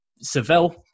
Seville